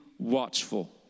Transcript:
watchful